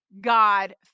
God